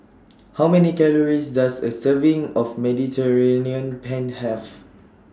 How Many Calories Does A Serving of Mediterranean Penne Have